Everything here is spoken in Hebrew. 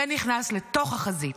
ונכנס לתוך החזית.